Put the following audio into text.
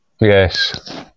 Yes